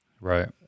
Right